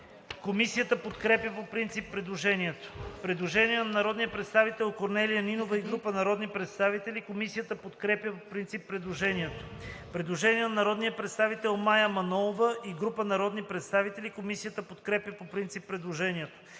Комисията подкрепя по принцип предложението. Предложение на народния представител Корнелия Нинова и група народни представители. Комисията подкрепя по принцип предложението. Предложение на народния представител Мая Манолова и група народни представители. Комисията подкрепя по принцип предложението.